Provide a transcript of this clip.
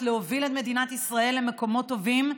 להוביל את מדינת ישראל למקומות טובים.